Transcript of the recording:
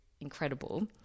incredible